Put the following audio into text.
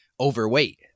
overweight